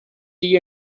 sigui